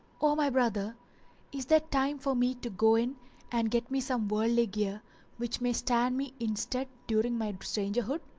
o my brother is there time for me to go in and get me some worldly gear which may stand me in stead during my strangerhood?